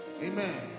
Amen